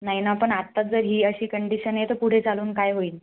नाही ना पण आत्ताच जर ही अशी कंडिशन आहे तर पुढे चालून काय होईल